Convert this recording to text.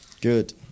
good